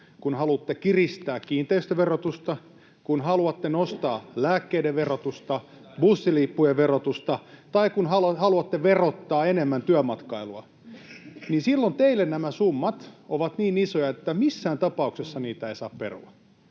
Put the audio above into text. kun haluatte kiristää kiinteistöverotusta, kun haluatte nostaa lääkkeiden verotusta, bussilippujen verotusta, tai kun haluatte verottaa enemmän työmatkailua, niin silloin teille nämä summat ovat niin isoja, että missään tapauksessa niitä ei saa perua.